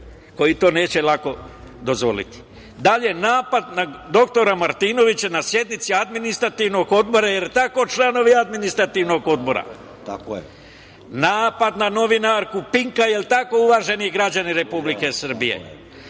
koji to neće lako dozvoliti. Dalje, napad na dr Martinovića na sednici administrativnog odbora, jer tako članovi administrativnog odbora? Napad na novinarku PINK-a, jel tako uvaženi građani Republike Srbije?